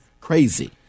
crazy